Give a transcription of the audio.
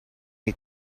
you